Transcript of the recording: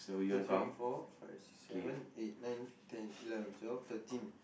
two three four five six seven eight nine ten eleven twelve thirteen